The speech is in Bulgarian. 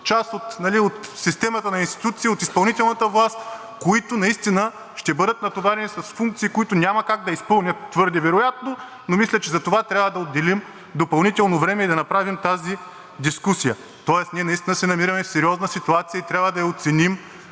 част от системата на институции от изпълнителната власт, които наистина ще бъдат натоварени с функции, които няма как да изпълнят твърде вероятно, но мисля, че за това трябва да отделим допълнително време и да направим тази дискусия. Ние наистина се намираме в сериозна ситуация и трябва да я оценим